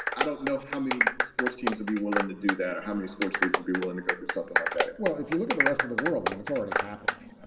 i don't know how many sports teams would be willing. do that or how many sports leagues would be willing to go through something like that? well, if you look at the rest of the world, i mean, it's already happening.